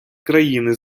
країни